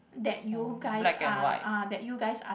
that you guys are are that you guys are